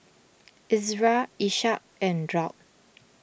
Izara Ishak and Daud